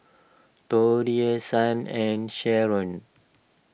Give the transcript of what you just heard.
Torie Shan and Sheron